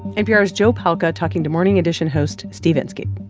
npr's joe palca talking to morning edition host steve inskeep